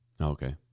Okay